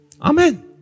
Amen